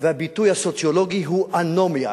והביטוי הסוציולוגי הוא "אנומיה",